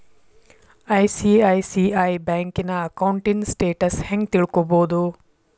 ICICI ಬ್ಯಂಕಿನ ಅಕೌಂಟಿನ್ status ಹೆಂಗ್ ತಿಳ್ಕೊಬೊದು?